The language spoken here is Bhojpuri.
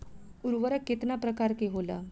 उर्वरक केतना प्रकार के होला?